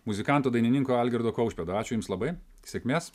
muzikanto dainininko algirdo kaušpėdo ačiū jums labai sėkmės